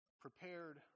prepared